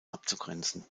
abzugrenzen